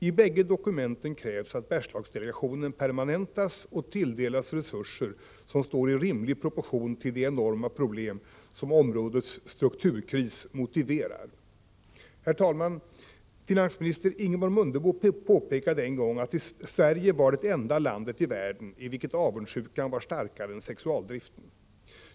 I bägge dokumenten krävs att Bergslagsdelegationen permanentas och tilldelas resurser som står i rimlig proportion till de enorma problem som områdets strukturkris motiverar. Herr talman! Finansministern Ingemar Mundebo påpekade en gång att Sverige var det enda landet i världen i vilket avundsjukan var starkare än sexualdriften!